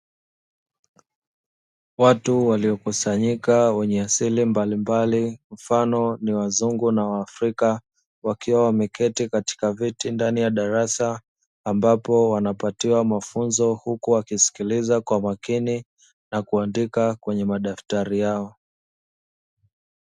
Watu waliyokusanyika wenye asili mbalimbali mfano ni wazungu na waafrika wakiwa wameketi katika viti ndani ya darasa ambapo wanapatiwa mafunzo huku wakisikiliza kwa makini na kuandika kwenye madaftari yao.